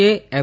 A F